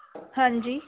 ਹਾਂਜੀ